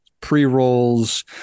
pre-rolls